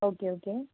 okay okay